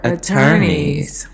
Attorneys